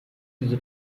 diese